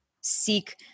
seek